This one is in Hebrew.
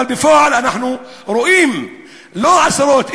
בפועל אנחנו רואים לא עשרות,